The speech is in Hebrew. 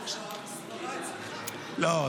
--- לא.